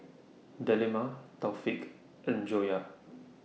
Delima Taufik and Joyah